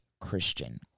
Christian